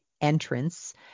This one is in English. entrance